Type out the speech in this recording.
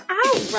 out